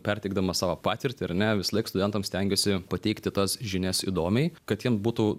perteikdamas savo patirtį ar ne visąlaik studentams stengiuosi pateikti tas žinias įdomiai kad jiem būtų